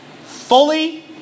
fully